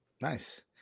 Nice